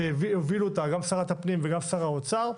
שהובילו אותה גם שרת הפנים וגם שר האוצר.